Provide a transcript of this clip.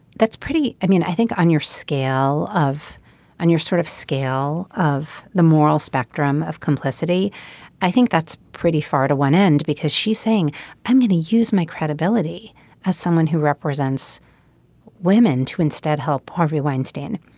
that's pretty. i mean i think on your scale of and your sort of scale of the moral spectrum of complicity i think that's pretty far to one end because she's saying i'm going to use my credibility as someone who represents women to instead help harvey weinstein.